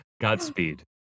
Godspeed